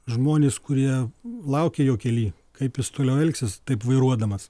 žmones kurie laukia jo kely kaip jis toliau elgsis taip vairuodamas